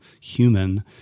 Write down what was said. human